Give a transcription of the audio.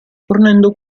fornendo